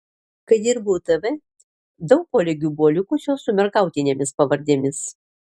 kai dirbau tv daug kolegių buvo likusios su mergautinėmis pavardėmis